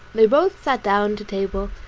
they both sat down to table,